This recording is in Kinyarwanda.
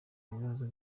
ibibazo